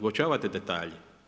Uočavate detalje.